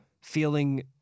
feeling